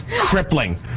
Crippling